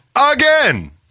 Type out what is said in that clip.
again